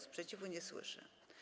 Sprzeciwu nie słyszę.